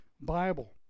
Bible